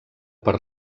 per